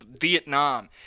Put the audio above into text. Vietnam